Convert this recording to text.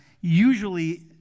usually